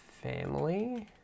family